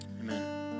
Amen